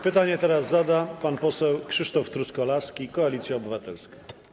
Pytanie zada pan poseł Krzysztof Truskolaski, Koalicja Obywatelska.